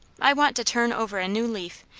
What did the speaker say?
i want to turn over a new leaf,